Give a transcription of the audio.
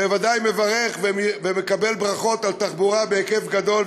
בוודאי מברך ומקבל ברכות על תחבורה בהיקף גדול,